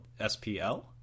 SPL